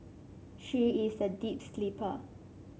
she is a deep sleeper